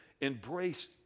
embrace